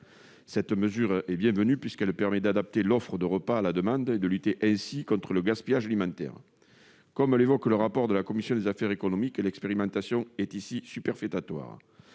telle mesure est bienvenue, puisqu'elle permettrait d'adapter l'offre de repas à la demande et de lutter ainsi contre le gaspillage alimentaire. Comme on peut le lire dans le rapport de la commission des affaires économiques, l'expérimentation est ici superfétatoire.